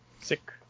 Sick